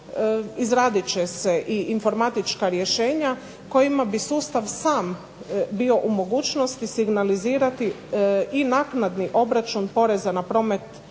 izradit će i informatička rješenja kojima bi sustav sam bio u mogućnosti signalizirati i naknadni obračun poreza na promet